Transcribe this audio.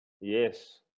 Yes